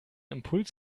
impuls